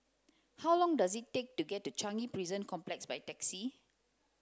how long does it take to get to Changi Prison Complex by taxi